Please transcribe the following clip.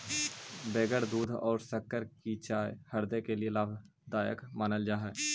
बगैर दूध और शक्कर की चाय हृदय के लिए लाभदायक मानल जा हई